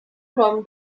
from